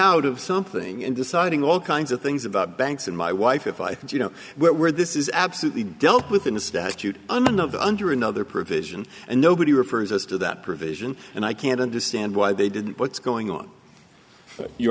out of something and deciding all kinds of things about banks and my wife if i think you know where this is absolutely dealt with in a statute under the under another provision and nobody refers us to that provision and i can't understand why they didn't what's going on your